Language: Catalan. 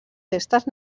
festes